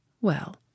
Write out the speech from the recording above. Well